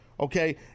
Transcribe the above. okay